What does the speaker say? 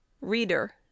reader